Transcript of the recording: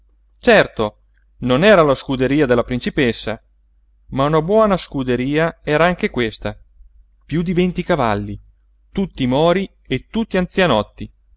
certo non era la scuderia della principessa ma una buona scuderia era anche questa piú di venti cavalli tutti mori e tutti anzianotti